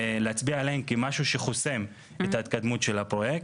להצביע עליהן כמשהו שחוסם את ההתקדמות של הפרויקט.